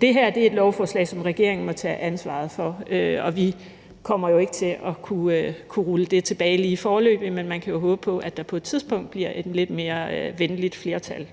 Det her er et lovforslag, som regeringen må tage ansvaret for, og vi kommer jo ikke til at kunne rulle det tilbage lige foreløbig, men man kan jo håbe på, at der på et tidspunkt bliver et lidt mere venligt flertal